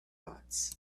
dots